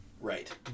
Right